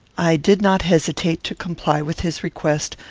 i did not hesitate to comply with his request,